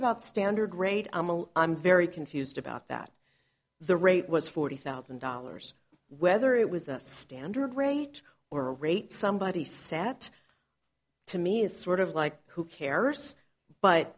about standard rate i'm very confused about that the rate was forty thousand dollars whether it was a standard rate or a rate somebody sat to me is sort of like who cares but